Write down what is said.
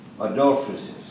adulteresses